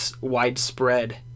widespread